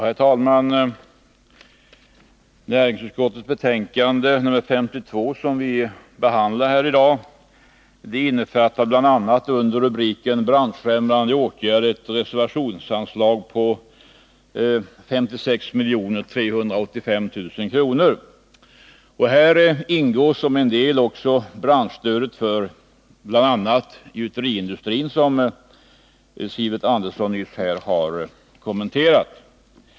Herr talman! Näringsutskottets betänkande 1980/81:52 som vi behandlar här i dag innefattar bl.a. under rubriken Branschfrämjande åtgärder förslag till ett reservationsanslag på 56 385 000 kr. Där ingår som en del också branschstödet för bl.a. gjuteriindustrin, som Sivert Andersson nyss har kommenterat.